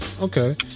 Okay